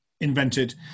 invented